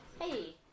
Hey